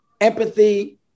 empathy